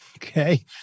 Okay